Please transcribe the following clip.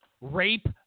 Rape